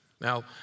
Now